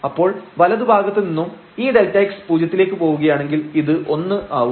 അപ്പോൾ വലതു ഭാഗത്തു നിന്നും ഈ Δx പൂജ്യത്തിലേക്ക് പോവുകയാണെങ്കിൽ ഇത് ഒന്ന് ആവും